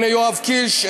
הנה יואב קיש,